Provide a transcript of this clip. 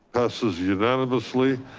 passes unanimously.